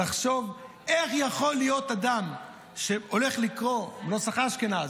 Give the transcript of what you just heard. לחשוב איך יכול להיות אדם שהולך לקרוא בנוסח אשכנז